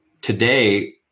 today